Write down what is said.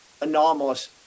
anomalous